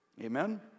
Amen